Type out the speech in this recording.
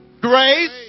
Grace